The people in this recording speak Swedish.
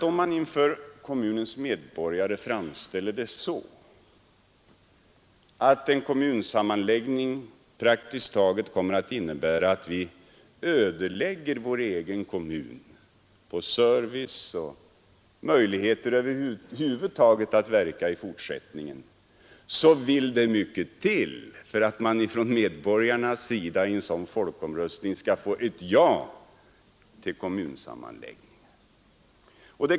Om man inför kommunens medborgare framställer det så att en kommunsammanläggning praktiskt taget kommer att innebära att man ödelägger sin egen kommun på service och över huvud taget på möjligheter att verka i fortsättningen, är det självklart att det vill mycket till för att man från medborgarnas sida i en folkomröstning skall få ett ja till kommunsammanläggningen.